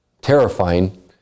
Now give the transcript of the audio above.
Terrifying